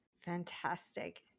Fantastic